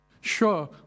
Sure